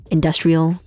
Industrial